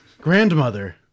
Grandmother